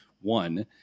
one